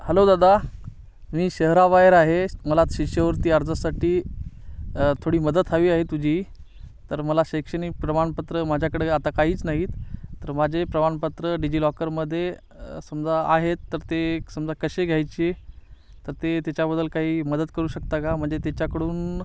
hello दादा मी शहराबाहेर आहे मला शिष्यवृत्ती अर्जासाठी थोडी मदत हवी आहे तुझी तर मला शैक्षणिक प्रमाणपत्र माझ्याकडे आता काहीच नाहीत तर माझे प्रमाणपत्र डिजिलॉकरमध्ये समजा आहेत तर ते समजा कसे घ्यायचे तर ते त्याच्याबद्दल काही मदत करू शकता का म्हणजे त्याच्याकडून